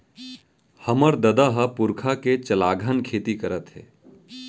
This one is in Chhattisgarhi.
हमर ददा ह पुरखा के चलाघन खेती करत हे